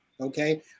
okay